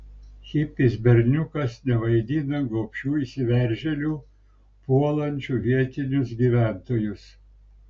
hipis berniukas nevaidina gobšių įsiveržėlių puolančių vietinius gyventojus